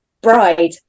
bride